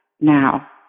now